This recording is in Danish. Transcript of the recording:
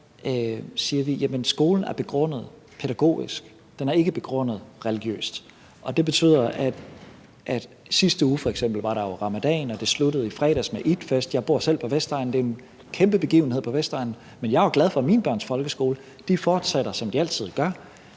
siger vi, at skolen er begrundet pædagogisk; den er ikke begrundet religiøst. F.eks. var der i sidste uge jo ramadan, og det sluttede i fredags med eidfest. Jeg bor selv på Vestegnen, og det er en kæmpe begivenhed på Vestegnen, men jeg var glad for, at mine børns folkeskole fortsatte, som de altid har